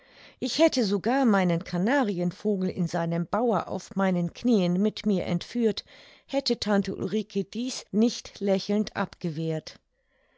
ich hätte sogar meinen kanarienvogel in seinem bauer auf meinen knieen mit mir entführt hätte tante ulrike dies nicht lächelnd abgewehrt